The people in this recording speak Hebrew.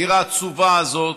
העיר העצובה הזאת,